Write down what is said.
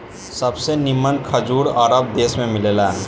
सबसे निमन खजूर अरब देश में मिलेला